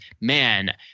man